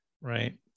right